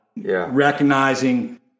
recognizing